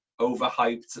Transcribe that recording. overhyped